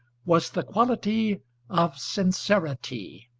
was the quality of sincerity,